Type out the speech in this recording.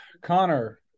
Connor